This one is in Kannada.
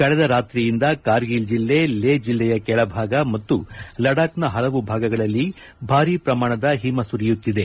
ಕಳೆದ ರಾತ್ರಿಯಿಂದ ಕಾರ್ಗಿಲ್ ಜಿಲ್ಲೆ ಲೇ ಜೆಲ್ಲೆಯ ಕೆಳಭಾಗ ಮತ್ತು ಲಡಾಕ್ನ ಪಲವು ಭಾಗಗಳಲ್ಲಿ ಭಾರಿ ಪ್ರಮಾಣದ ಹಿಮ ಸುರಿಯುತ್ತಿದೆ